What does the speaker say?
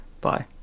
Bye